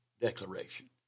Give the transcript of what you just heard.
declaration